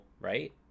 right